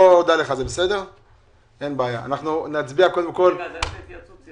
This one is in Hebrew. קודם כל להצבעה על המיזוג בין הצעת החוק